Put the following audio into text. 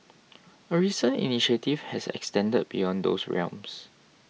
a recent initiative has extended beyond those realms